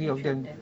the three of them